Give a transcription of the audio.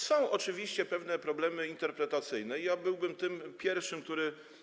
Są oczywiście pewne problemy interpretacyjne i byłbym tym pierwszym, który.